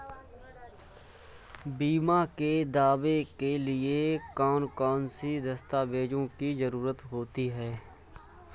बीमा के दावे के लिए कौन कौन सी दस्तावेजों की जरूरत होती है?